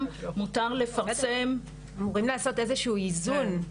מותר לפרסם --- אמורים לעשות איזה הוא איזון.